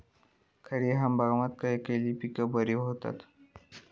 खरीप हंगामात खयली पीका बरी होतत?